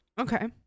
Okay